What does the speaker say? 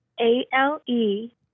A-L-E